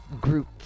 group